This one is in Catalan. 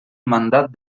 mandat